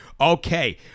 Okay